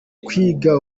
kwigwa